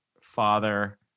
Father